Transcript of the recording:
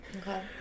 Okay